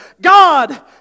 God